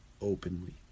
openly